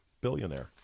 billionaire